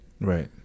right